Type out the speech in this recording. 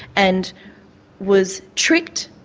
and was tricked,